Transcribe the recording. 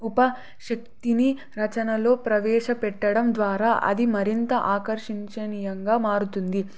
ఉపశక్తిని రచనలో ప్రవేశపెట్టడం ద్వారా అది మరింత ఆకర్షణీయంగా మారుతుంది